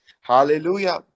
hallelujah